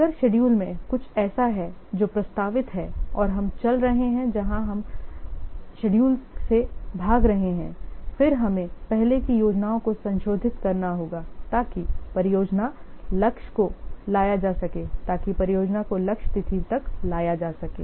अगर शेड्यूल में कुछ ऐसा है जो प्रस्तावित है और हम चल रहे हैं जहां हम शेड्यूल से भाग रहे हैंफिर हमें पहले की योजनाओं को संशोधित करना होगा ताकि परियोजना लक्ष्य को लाया जा सके ताकि परियोजना को लक्ष्य तिथि तक लाया जा सके